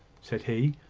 said he,